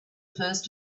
first